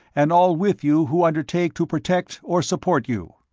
and all with you who undertake to protect or support you.